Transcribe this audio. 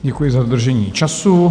Děkuji za dodržení času.